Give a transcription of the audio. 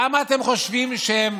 למה אתם חושבים שהם,